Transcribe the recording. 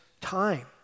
time